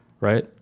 right